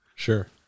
Sure